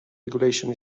regulation